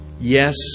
Yes